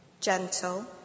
gentle